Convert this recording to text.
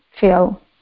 feel